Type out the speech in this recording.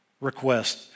request